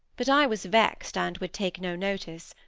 but i was vexed, and would take no notice.